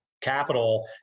capital